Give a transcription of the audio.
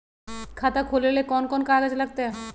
खाता खोले ले कौन कौन कागज लगतै?